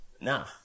Nah